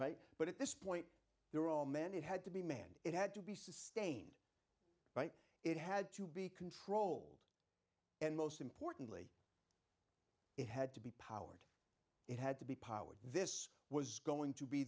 earhart but at this point they're all men it had to be manned it had to be sustained but it had to be controlled and most importantly it had to be powered it had to be powered this was going to be